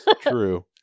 true